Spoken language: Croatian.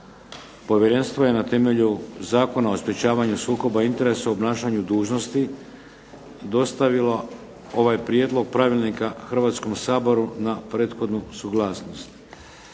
Povjerenstvo je na temelju Zakona o sprječavanju sukoba interesa o obnašanju dužnosti dostavilo ovaj prijedlog pravilnika Hrvatskom saboru na prethodnu suglasnost.